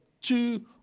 two